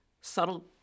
subtle